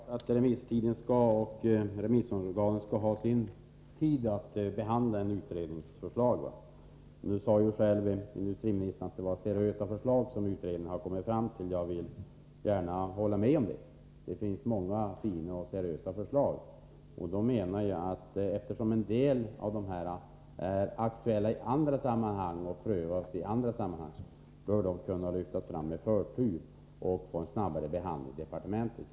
Herr talman! Det är klart att remissorganen skall få tid att behandla utredningsförslagen. Industriministern sade själv att det var seriösa förslag utredningen hade kommit fram till, och jag vill gärna hålla med om att det finns många fina och seriösa förslag. Eftersom en del av dessa är aktuella och prövas i andra sammanhang, bör de dock kunna lyftas fram med förtur och få en snabbare behandling i departementet.